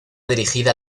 dirigida